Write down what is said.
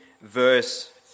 Verse